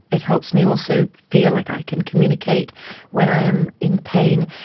it helps me also feel like i can communicate when i am in pain.